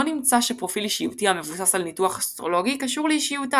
לא נמצא שפרופיל אישיותי המבוסס על ניתוח אסטרולוגי קשור לאישיות האדם.